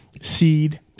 seed